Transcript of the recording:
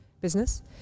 business